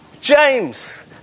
James